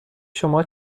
شما